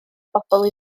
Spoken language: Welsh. bobl